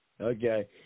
Okay